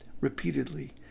repeatedly